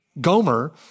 Gomer